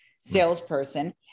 salesperson